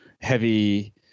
heavy